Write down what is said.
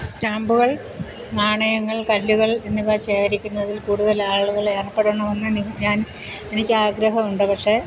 സ്റ്റാമ്പുകൾ നാണയങ്ങൾ കല്ലുകൾ എന്നിവ ശേഖരിക്കുന്നതിൽ കൂടുതൽ ആളുകൾ ഏർപ്പെടണമെന്ന് നിങ്ങ് ഞാൻ എനിക്കാഗ്രഹമുണ്ട് പക്ഷേ